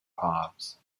paths